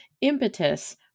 impetus